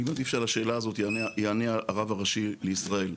אני מעדיף שעל השאלה הזאת יענה הרב הראשי לישראל.